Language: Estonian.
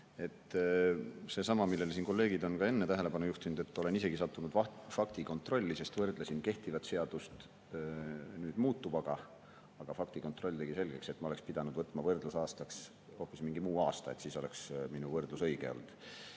Seesama, millele siin kolleegid on ka enne tähelepanu juhtinud. Olen isegi sattunud faktikontrolli, sest võrdlesin kehtivat seadust [muudetud variandiga], aga faktikontroll tegi selgeks, et ma oleksin pidanud võtma võrdlusaastaks hoopis mingi muu aasta, siis oleks minu võrdlus õige olnud.